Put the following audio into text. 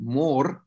more